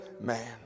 man